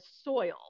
soil